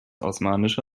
osmanische